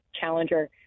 challenger